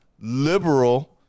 liberal